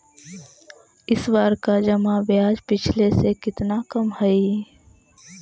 इस बार का जमा ब्याज पिछले से कितना कम हइ